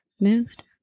moved